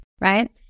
right